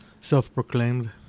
Self-proclaimed